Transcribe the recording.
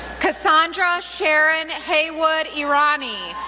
cassandra sharon haywood-irani,